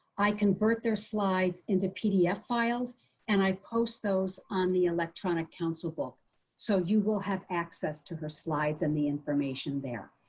i convert their slides into pdf files and i post those on the electronic council book so you will have access to her slides and the information there.